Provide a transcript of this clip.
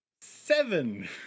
Seven